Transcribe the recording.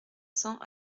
cents